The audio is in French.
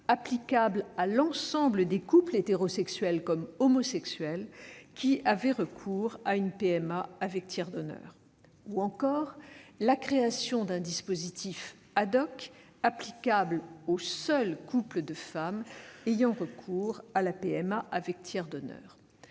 applicable à l'ensemble des couples, hétérosexuels comme homosexuels, qui avaient recours à une PMA avec tiers donneur ; ou encore la création d'un dispositif applicable aux seuls couples de femmes ayant recours à la PMA avec tiers donneur.